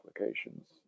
Applications